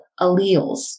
alleles